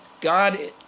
God